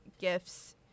gifts